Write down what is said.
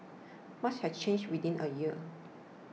much has changed within a year